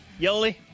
Yoli